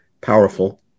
powerful